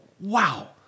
wow